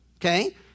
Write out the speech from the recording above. Okay